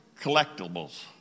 collectibles